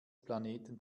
planeten